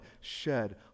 shed